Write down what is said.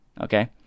Okay